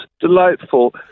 delightful